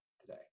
today